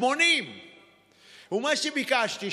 80. ומה שביקשתי,